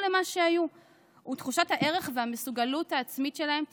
למה שהיו ותחושת הערך והמסוגלות העצמית שלהם תשתקם.